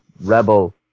Rebel